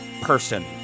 person